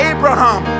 Abraham